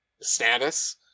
status